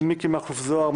מיקי מכלוף זוהר,